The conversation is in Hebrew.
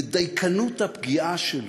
בדייקנות הפגיעה שלו,